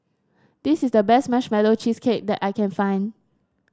this is the best Marshmallow Cheesecake that I can find